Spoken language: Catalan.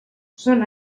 són